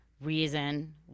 reason